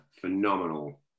phenomenal